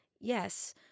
yes